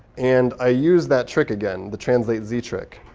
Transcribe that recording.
and i use that trick again, the translatez zero trick,